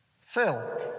Phil